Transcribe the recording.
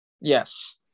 Yes